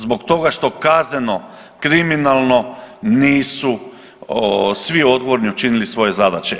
Zbog toga što kazneno, kriminalno nisu svi odgovorni učinili svoje zadaće.